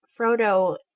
frodo